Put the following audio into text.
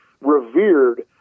revered